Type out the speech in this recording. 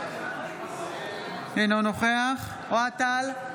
אינו נוכח אוהד טל,